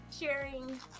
sharing